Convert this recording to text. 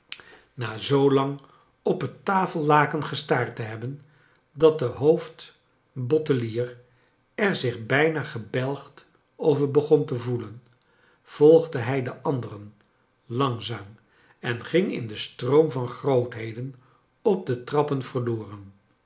na zoolang op het tafellaken gestaard te hebben dat de hoofdbottelier er zich bijna gebelgd over begon te voelen volgde hij de anderen langzaam en ging in den stroom van grootheden op de trappen verloren